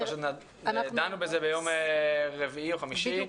דנו בזה ביום רביעי או חמישי.